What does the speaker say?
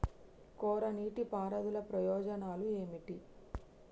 కోరా నీటి పారుదల ప్రయోజనాలు ఏమిటి?